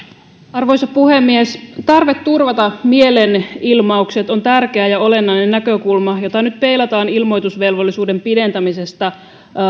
arvoisa puhemies tarve turvata mielenilmaukset on tärkeä ja olennainen näkökulma jota nyt peilataan ilmoitusvelvollisuuden pidentämisestä